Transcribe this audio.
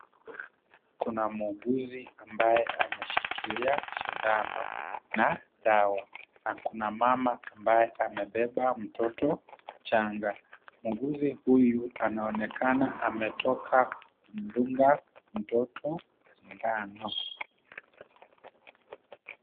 Kuna muuguzi ambaye ameshikilia sindano na dawa na kuna mama ambaye amebeba mtoto mchanga. Muuguzi huyu anaonekana ametoka kudunga mtoto sindano.